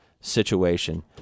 situation